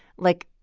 like,